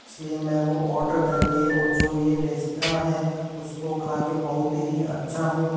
इसलिए मैं वो ओडर करके और जो ये रेस्त्रां है उसको खाकर बहुत ही अच्छा हूँ